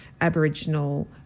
Aboriginal